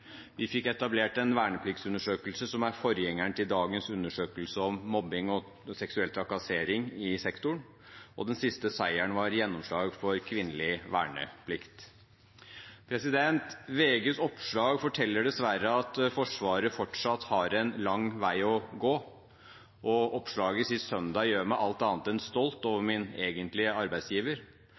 vi fikk etablert en vernepliktsundersøkelse som er forgjengeren til dagens undersøkelse om mobbing og seksuell trakassering i sektoren, og den siste seieren var gjennomslag for kvinnelig verneplikt. VGs oppslag forteller dessverre at Forsvaret fortsatt har en lang vei å gå, og oppslaget sist søndag gjør meg alt annet enn stolt over min egentlige arbeidsgiver.